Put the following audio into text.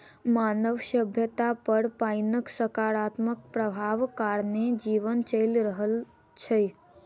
मानव सभ्यता पर पाइनक सकारात्मक प्रभाव कारणेँ जीवन चलि रहल छै